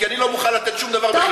כי אני לא מוכן לתת דבר בחינם.